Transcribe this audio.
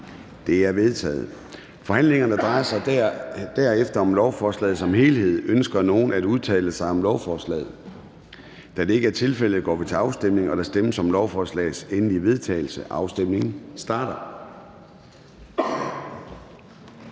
(Søren Gade): Forhandlingen drejer sig derefter om lovforslaget som helhed. Ønsker nogen at udtale sig om lovforslaget? Da det ikke er tilfældet, går vi til afstemning. Kl. 10:03 Afstemning Formanden (Søren Gade): Der stemmes om lovforslagets endelige vedtagelse. Afstemningen starter.